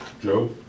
Joe